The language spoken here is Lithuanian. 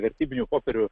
vertybinių popierių